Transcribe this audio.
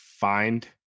find